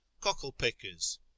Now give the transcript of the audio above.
Cockle-pickers